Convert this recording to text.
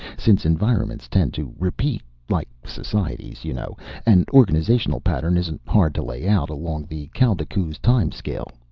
since environments tend to repeat like societies, you know an organizational pattern isn't hard to lay out, along the kaldekooz time-scale.